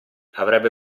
avrebbe